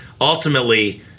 ultimately